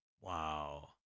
wow